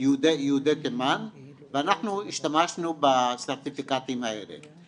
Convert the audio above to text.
יהודי תימן ואנחנו השתמשנו בסרטיפיקטים האלה.